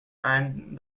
and